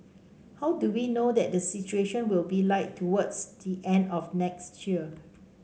how do we know that the situation will be like towards the end of next year